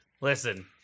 Listen